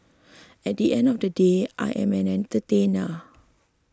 at the end of the day I am an entertainer